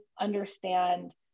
understand